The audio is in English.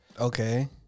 Okay